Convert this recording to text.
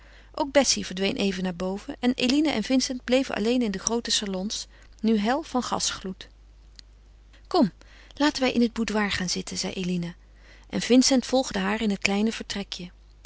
ook betsy verdween even naar boven en eline en vincent bleven alleen in de groote salons nu hel van gasgloed kom laten wij in het boudoir gaan zitten zei eline en vincent volgde haar in het kleine vertrekje